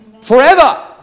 Forever